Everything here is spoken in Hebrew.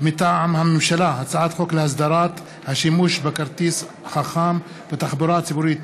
מטעם הממשלה: הצעת חוק להסדרת השימוש בכרטיס חכם בתחבורה הציבורית,